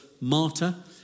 martyr